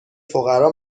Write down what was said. فقرا